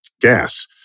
gas